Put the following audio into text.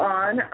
on